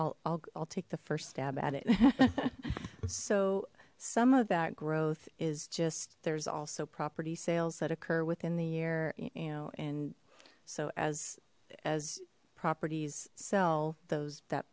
oh i'll take the first stab at it so some of that growth is just there's also property sales that occur within the year you know and so as as properties sell those that